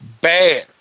bad